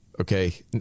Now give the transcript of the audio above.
Okay